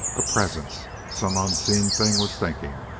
a presence! some unseen thing was thinking.